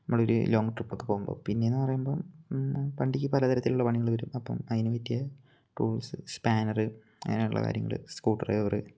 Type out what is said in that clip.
നമ്മൾ ഒരു ലോങ് ട്രിപ്പൊക്കെ പോവുമ്പോൾ പിന്നേ എന്നു പറയുമ്പം വണ്ടിക്ക് പലതരത്തിലുള്ള പണികൾ വരും അപ്പം അതിന് പറ്റിയ ടൂൾസ് സ്പാനറ് അങ്ങനെയുള്ള കാര്യങ്ങൾ സ്കൂ ഡ്രൈവറ്